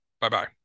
Bye-bye